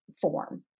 form